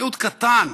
מיעוט קטן,